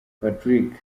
patrick